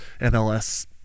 MLS